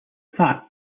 fact